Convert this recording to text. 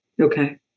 Okay